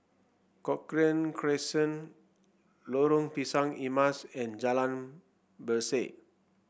Cochrane Crescent Lorong Pisang Emas and Jalan Berseh